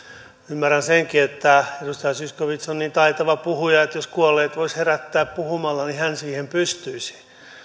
ymmärrän senkin että edustaja zyskowicz on niin taitava puhuja että jos kuolleet voisi herättää puhumalla niin hän siihen pystyisi